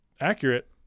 accurate